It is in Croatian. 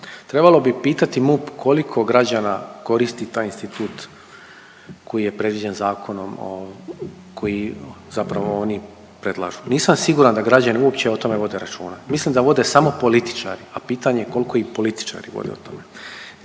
Trebalo bi pitati MUP koliko građana koristi taj institut koji je predviđen zakonom, koji zapravo oni predlažu. Nisam siguran da građani uopće o tome vode računa. Mislim da vode samo političari, a pitanje koliko i političari vode o tome.